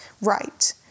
right